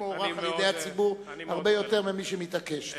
מוערך על-ידי הציבור הרבה יותר ממי שמתעקש.